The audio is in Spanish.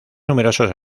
numerosos